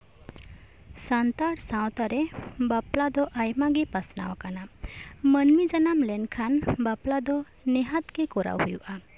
ᱥᱟᱱᱛᱟᱲ ᱥᱟᱶᱛᱟ ᱨᱮ ᱵᱟᱯᱞᱟ ᱫᱚ ᱟᱭᱢᱟ ᱜᱮ ᱯᱟᱥᱱᱟᱣ ᱟᱠᱟᱱᱟ ᱢᱟᱹᱱᱢᱤ ᱡᱟᱱᱟᱢ ᱞᱮᱱᱠᱷᱟᱱ ᱵᱟᱯᱞᱟ ᱫᱚ ᱱᱤᱦᱟᱹᱛ ᱜᱮ ᱠᱚᱨᱟᱣ ᱦᱩᱭᱩᱜᱼᱟ